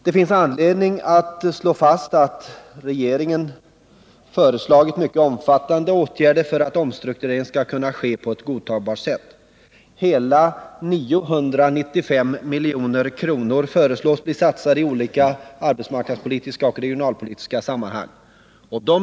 Det finns anledning att slå fast att regeringen föreslagit mycket omfattande åtgärder för att omstruktureringen skall kunna ske på ett godtagbart sätt. Hela 995 milj.kr. föreslås bli satsade i olika arbetsmarknadspolitiska och regionalpolitiska sammanhang.